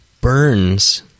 Burns